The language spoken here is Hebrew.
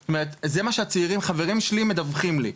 זה מה שהצעירים, חברים שלי מדווחים לי.